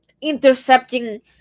intercepting